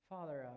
Father